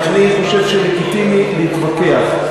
אני חושב שלגיטימי להתווכח.